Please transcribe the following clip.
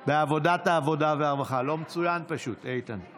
בעד, 48, אין מתנגדים, אין נמנעים.